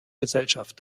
gesellschaft